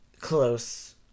close